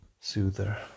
soother